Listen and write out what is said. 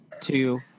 two